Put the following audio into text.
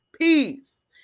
peace